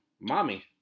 Mommy